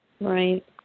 Right